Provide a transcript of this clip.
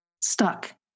stuck